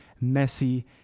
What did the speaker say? messy